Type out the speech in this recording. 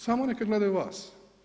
Samo neka gledaju vas.